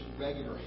regular